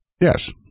Yes